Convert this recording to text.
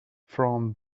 from